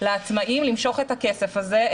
לעצמאים למשוך את הכסף הזה,